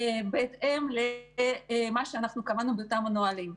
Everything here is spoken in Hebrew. בהתאם למה שקבענו באותם נוהלים.